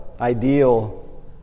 ideal